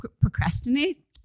procrastinate